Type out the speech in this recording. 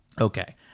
okay